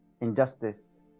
injustice